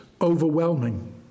overwhelming